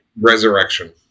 resurrection